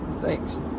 Thanks